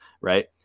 right